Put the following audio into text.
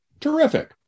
Terrific